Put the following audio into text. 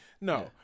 No